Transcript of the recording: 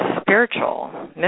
spiritual